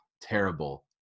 terrible